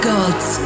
Gods